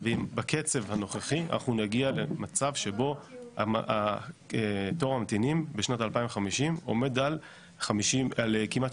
בקצב הנוכחי אנחנו נגיע למצב שבו תור הממתינים בשנת 2050 עומד כמעט על